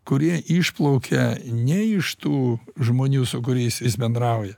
kurie išplaukia ne iš tų žmonių su kuriais jis bendrauja